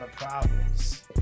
problems